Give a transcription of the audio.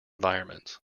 environments